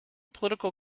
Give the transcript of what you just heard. political